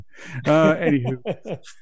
Anywho